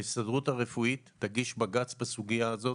ההסתדרות הרפואית תגיש בג"ץ בסוגיה הזאת.